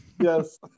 yes